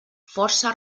força